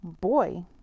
Boy